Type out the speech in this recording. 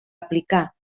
aplicar